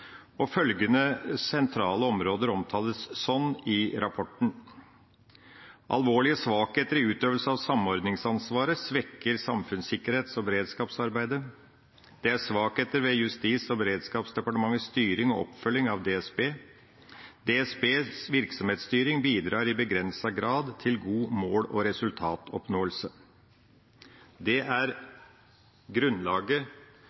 og følgende sentrale områder omtales sånn i rapporten: Alvorlige svakheter i utøvelsen av samordningsansvaret svekker samfunnssikkerhets- og beredskapsarbeidet. Det er svakheter ved Justis- og beredskapsdepartementets styring og oppfølging av DSB. DSBs virksomhetsstyring bidrar i begrenset grad til god mål- og resultatoppnåelse. Det er grunnlaget